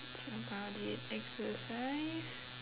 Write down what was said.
that's about it exercise